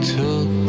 took